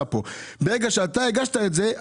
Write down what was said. ברגע שאתה הגשת את זה,